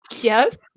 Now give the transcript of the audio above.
yes